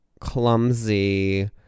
clumsy